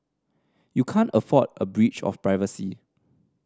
you can't afford a breach of privacy